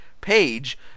page